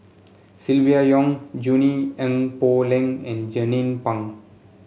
Silvia Yong Junie Ng Poh Leng and Jernnine Pang